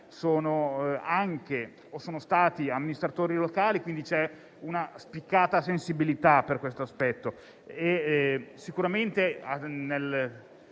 sono anche o sono stati amministratori locali, quindi c'è una spiccata sensibilità per questo aspetto. Per il